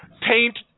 paint